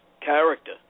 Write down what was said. character